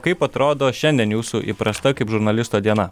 kaip atrodo šiandien jūsų įprasta kaip žurnalisto diena